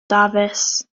dafis